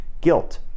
guilt